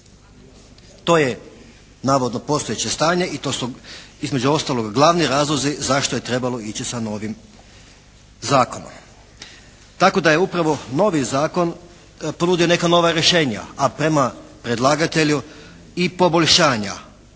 To je navodno postojeće stanje i to su između ostalog glavni razlozi zašto je trebalo ići sa novim zakonom. Tako da je upravo novi zakon ponudio neka nova rješenja. A prema predlagatelju i poboljšanja.